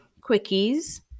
quickies